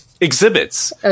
exhibits